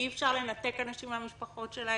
אי אפשר לנתק אנשים מהמשפחות שלהם.